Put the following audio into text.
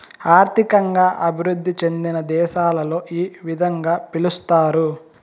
ఆర్థికంగా అభివృద్ధి చెందిన దేశాలలో ఈ విధంగా పిలుస్తారు